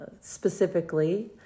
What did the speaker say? specifically